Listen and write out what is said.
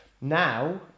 Now